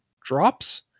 drops